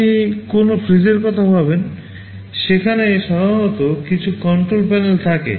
আপনি কোনও ফ্রিজের কথা ভাবেন সেখানে সাধারণত কিছু কন্ট্রোল প্যানেল থাকে